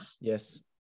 Yes